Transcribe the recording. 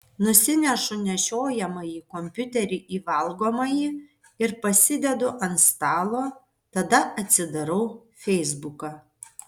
nusinešu nešiojamąjį kompiuterį į valgomąjį ir pasidedu ant stalo tada atsidarau feisbuką